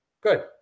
Good